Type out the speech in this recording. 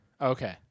Okay